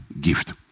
gift